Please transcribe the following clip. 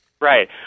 Right